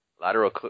Lateral